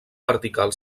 vertical